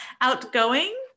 Outgoing